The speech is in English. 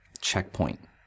checkpoint